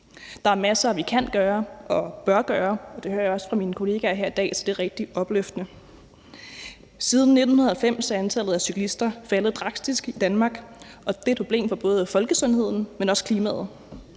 Der er masser, vi kan gøre og bør gøre, og det hører jeg også fra mine kollegaer her i dag. Det er rigtig opløftende. Siden 1990 er antallet af cyklister i Danmark faldet drastisk, og det er et problem for både folkesundheden, men også for klimaet.